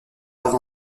par